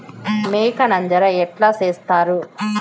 మేక నంజర ఎట్లా సేస్తారు?